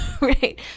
right